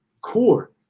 core